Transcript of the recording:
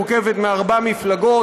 מורכבת מארבע מפלגות,